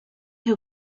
who